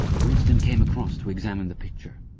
winston came across to examine the picture.